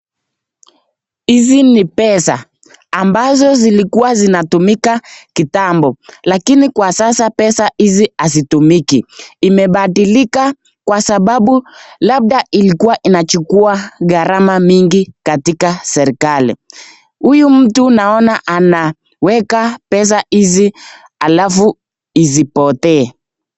Hizi ni pesa ambazo zilikuwa zinatumika kitambo. Lakini kwa sasa, pesa hizi hazitumiki. Imebadilika kwa sababu labda ilikuwa inachukua gharama mingi katika serikali. Huyu mtu naona anaweka pesa hizi alafu isipotee.